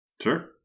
Sure